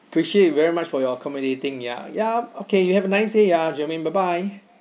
appreciate very much for your accommodating ya ya okay you have a nice day ya germaine bye bye